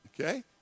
Okay